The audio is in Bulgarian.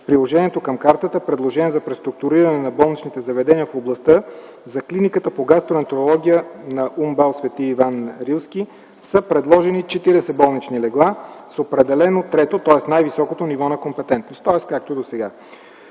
приложението към картата в предложението за преструктуриране на болничните заведения в областта за Клиниката по гастроентерология на УМБАЛ „Св. Иван Рилски” са предложени 40 болнични легла с определено трето – най-високото ниво на компетентност, тоест както е досега.